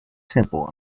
temple